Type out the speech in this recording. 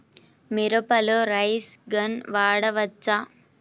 మిరపలో rain gun వాడవచ్చా?